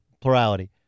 plurality